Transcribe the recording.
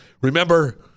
Remember